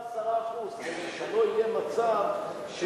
אני אגיד לך למה 10%. כדי שלא יהיה מצב שיש